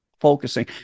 focusing